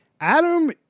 Adam